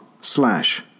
slash